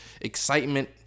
Excitement